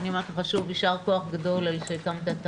יישר כוח גדול על שהקמת את